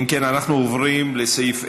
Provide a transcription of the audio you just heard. אם כן, אנחנו עוברים לסעיף 10: